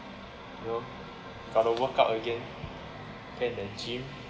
you know have got to work out again get in the gym